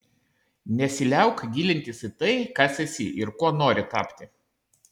nesiliauk gilintis į tai kas esi ir kuo nori tapti